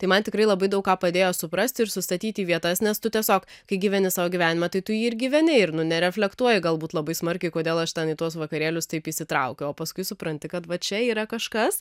tai man tikrai labai daug ką padėjo suprasti ir sustatyti į vietas nes tu tiesiog kai gyveni savo gyvenimą tai tu jį ir gyveni ir nereflektuoja galbūt labai smarkiai kodėl aš ten į tuos vakarėlius taip įsitraukiau o paskui supranti kad va čia yra kažkas